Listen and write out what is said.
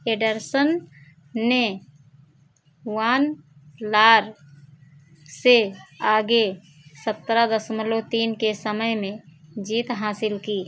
Anderson ने Van Laar से आगे सत्रह दशमलव तीन के समय में जीत हासिल की